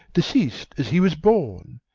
deceas'd as he was born.